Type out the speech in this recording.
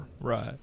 Right